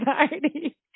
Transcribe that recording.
anxiety